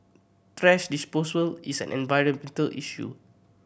thrash disposal is an environmental issue